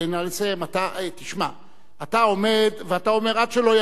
אתה עומד ואומר: עד שלא יביאו לי הוכחות.